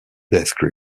death